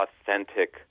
authentic